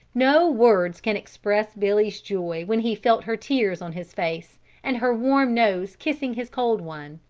no words can express billy's joy when he felt her tears on his face and her warm nose kissing his cold one,